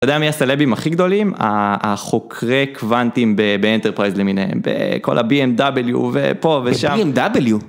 אתה יודע מי הסלבים הכי גדולים החוקרי קוונטים באנטרפרייז למיניהם בכל ה bmw ופה ושם.